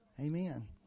Amen